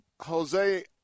Jose